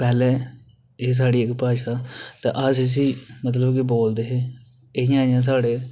ते पैह्लें एह् इक्क साढ़ी भाशा ते अस इसी मतलब कि बोलदे हे इयां इयां साढ़े कम्म होंदे हे पैह्लैं